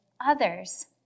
others